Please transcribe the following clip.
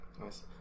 Nice